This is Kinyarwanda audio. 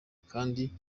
kandi